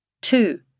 Two